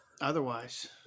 Otherwise